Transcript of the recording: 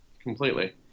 completely